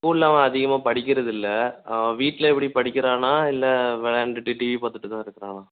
ஸ்கூலில் அவன் அதிகமாக படிக்கிறது இல்லை அவன் வீட்டில் எப்படி படிக்கிறானா இல்லை விளாண்டுட்டு டிவி பார்த்துட்டு தான் இருக்கிறானா